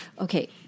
Okay